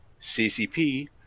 CCP